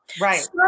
Right